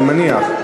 אני מניח.